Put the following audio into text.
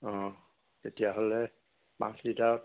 অঁ তেতিয়াহ'লে পাঁচ লিটাৰত